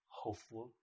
hopeful